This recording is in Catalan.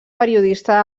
periodista